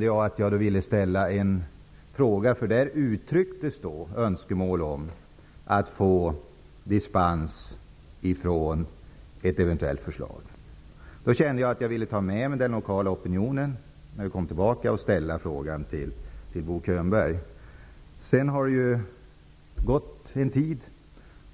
Det uttrycktes önskemål om att få dispens från ett eventuellt förslag. Jag kände då att jag ville ta med mig den lokala opinionen tillbaka och ställa frågan till Bo Könberg. Det har gått en tid,